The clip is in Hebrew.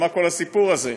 מה כל הסיפור הזה?